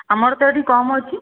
ଆମର ତ ଏଠି କମ୍ ଅଛି